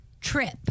trip